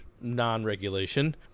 non-regulation